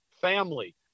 family